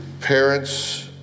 parents